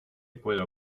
puedo